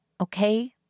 Okay